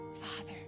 Father